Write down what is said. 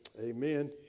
Amen